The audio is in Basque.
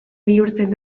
bihurtzen